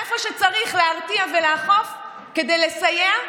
איפה שצריך להרתיע ולאכוף כדי לסייע,